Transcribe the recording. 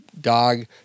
dog